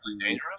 dangerous